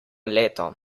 leto